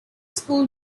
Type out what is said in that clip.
school